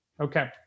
Okay